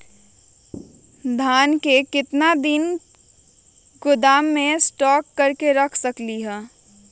धान को कितने दिन को गोदाम में स्टॉक करके रख सकते हैँ?